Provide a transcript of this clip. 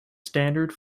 standard